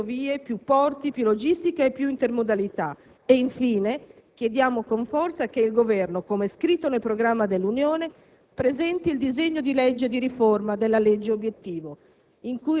più ferrovie, più porti, più logistica e più intermodalità. Infine, chiediamo con forza che il Governo, come è scritto nel programma dell'Unione, presenti il disegno di legge di riforma della legge obiettivo,